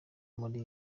muri